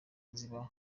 ziba